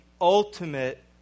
ultimate